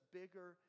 bigger